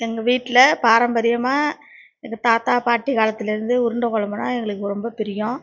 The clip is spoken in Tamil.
எங்கள் வீடடில் பாரம்பரியமாக எங்கள் தாத்தா பாட்டி காலத்துலேருந்து உருண்டை குழம்புனா எங்களுக்கு ரொம்ப பிரியம்